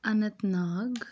Anant Nag